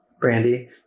Brandy